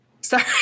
sorry